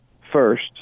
first